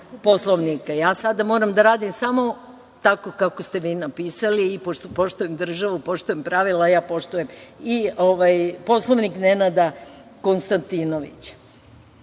sada moram da radim samo tako kako ste vi napisali i pošto poštujem državu i poštujem pravila, ja poštujem i Poslovnik Nenada Konstantinovića. Kažem,